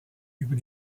über